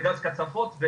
וגז קצפות,